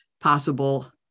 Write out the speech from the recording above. possible